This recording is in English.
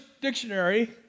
Dictionary